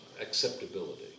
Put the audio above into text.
acceptability